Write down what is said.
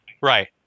right